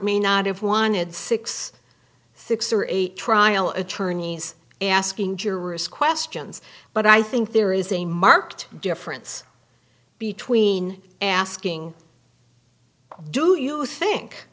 may not have wanted six six or eight trial attorneys asking jurors questions but i think there is a marked difference between asking do you think